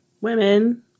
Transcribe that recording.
women